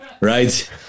right